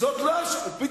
זאת לא השאלה, שהוא מונע.